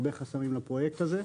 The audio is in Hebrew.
יש הרבה חסמים לפרויקט הזה.